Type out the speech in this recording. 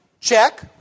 Check